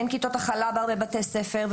אין כיתות הכלה בבתי הספר,